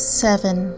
seven